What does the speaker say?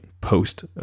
post